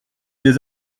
des